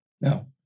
Now